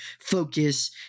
focus